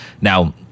Now